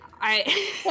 I-